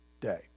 day